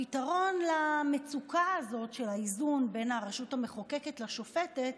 הפתרון למצוקה הזאת של האיזון בין הרשות המחוקקת לשופטת